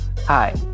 Hi